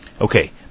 Okay